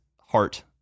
heart